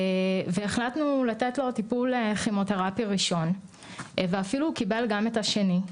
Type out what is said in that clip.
והחלטנו לתת לו טיפול כימותרפי ראשון ואפילו הוא קיבל גם את השני,